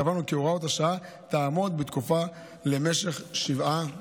קבענו כי הוראת השעה תעמוד בתוקפה למשך שבעה חודשים,